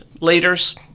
Leaders